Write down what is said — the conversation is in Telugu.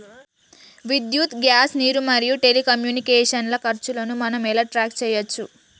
విద్యుత్ గ్యాస్ నీరు మరియు టెలికమ్యూనికేషన్ల ఖర్చులను మనం ఎలా ట్రాక్ చేయచ్చు?